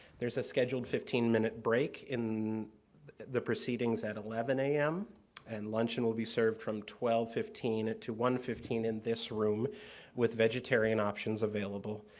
there's a scheduled fifteen minute break in the proceedings at eleven am and lunch and will be served from twelve fifteen to one fifteen in this room with vegetarian options available.